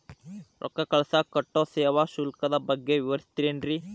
ರೊಕ್ಕ ಕಳಸಾಕ್ ಕಟ್ಟೋ ಸೇವಾ ಶುಲ್ಕದ ಬಗ್ಗೆ ವಿವರಿಸ್ತಿರೇನ್ರಿ?